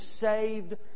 saved